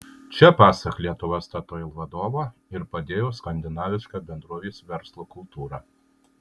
čia pasak lietuva statoil vadovo ir padėjo skandinaviška bendrovės verslo kultūra